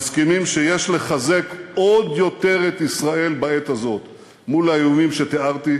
מסכימים שיש לחזק עוד יותר את ישראל בעת הזאת מול האיומים שתיארתי,